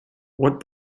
what